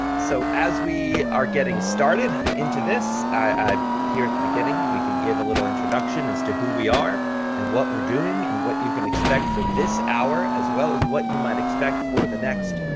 so as we are getting started into this here at the beginning, we can give a little introduction as to who we are and what we're doing, and what you can expect for this hour, as well as what you might expect for the next,